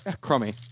Crummy